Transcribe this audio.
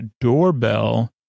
Doorbell